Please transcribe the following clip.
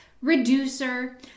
reducer